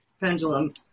pendulum